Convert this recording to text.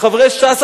חברי ש"ס,